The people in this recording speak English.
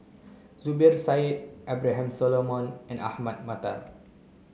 Zubir Said Abraham Solomon and Ahmad Mattar